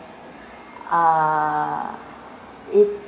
uh it's